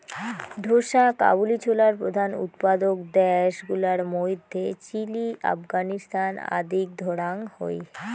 ঢোসা কাবুলি ছোলার প্রধান উৎপাদক দ্যাশ গুলার মইধ্যে চিলি, আফগানিস্তান আদিক ধরাং হই